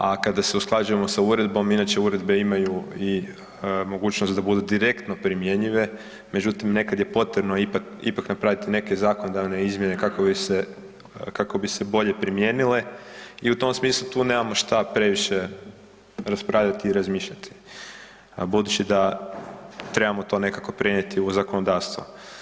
A kada se usklađujemo sa uredbom, inače uredbe imaju i mogućnost da budu direktno primjenjive, međutim nekad je potrebno ipak, ipak napraviti neke zakonodavne izmjene kako bi se, kako bi se bolje primijenile i u tom smislu tu nemamo šta previše raspravljati i razmišljati budući da trebamo to nekako prenijeti u zakonodavstvo.